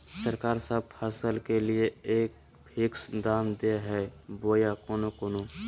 सरकार सब फसल के लिए एक फिक्स दाम दे है बोया कोनो कोनो?